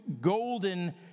golden